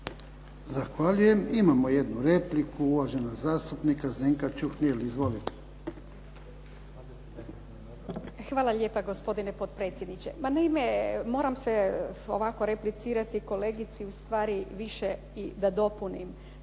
Zahvaljujem. Imamo jednu repliku. Uvažena zastupnika Zdenka Čuhnil. Izvolite. **Čuhnil, Zdenka (Nezavisni)** Hvala lijepo, gospodine potpredsjedniče. Naime, moram se ovako replicirati kolegici ustvari više i da dopunim.